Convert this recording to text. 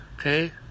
Okay